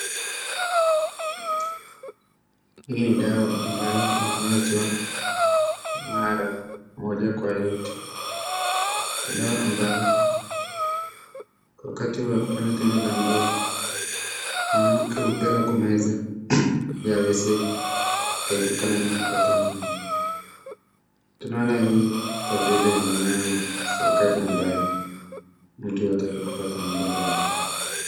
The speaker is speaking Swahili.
Hii ni dawa ambayo inamezwa mara moja kwa yote. Dawa ambayo, wakati wa kufanya tendo la ndoa, mwanamke hupewa kumeza ili aweze kuepukana na kupata mimba. Tunaona hii kwa vile ni maana wakati ambayo mtu hataki kupata mimba kwa haraka.